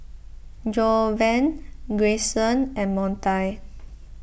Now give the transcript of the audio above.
Jovan Grayson and Montie